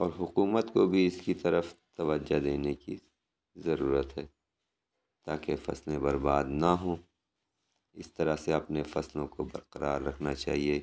اور حکومت کو بھی اِس کی طرف توجہ دینے کی ضرورت ہے تاکہ فصلیں برباد نہ ہوں اِس طرح سے اپنے فصلوں کو برقرار رکھنا چاہیے